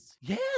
Yes